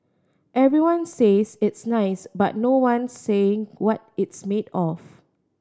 everyone says it's nice but no one's saying what it's made of